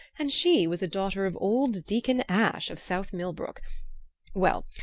and she was a daughter of old deacon ash of south millbrook well,